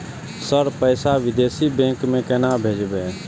Sir पैसा विदेशी bank में केना भेजबे?